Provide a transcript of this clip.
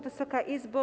Wysoka Izbo!